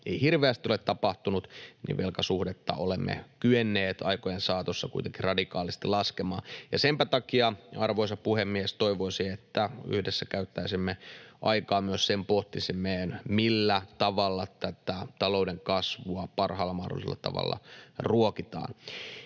hirveästi ole muutoksia tapahtunut, velkasuhdetta olemme kyenneet aikojen saatossa kuitenkin radikaalisti laskemaan. Senpä takia, arvoisa puhemies, toivoisi, että yhdessä käyttäisimme aikaa myös sen pohtimiseen, millä tavalla talouden kasvua parhaalla mahdollisella tavalla ruokitaan.